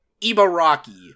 Ibaraki